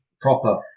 proper